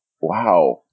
Wow